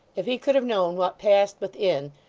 if he could have known what passed within,